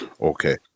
okay